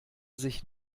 sich